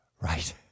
Right